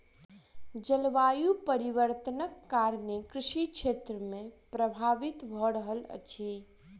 जलवायु परिवर्तनक कारणेँ कृषि क्षेत्र प्रभावित भअ रहल अछि